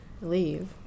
Leave